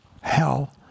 hell